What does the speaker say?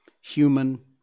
human